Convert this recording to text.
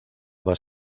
más